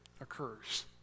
occurs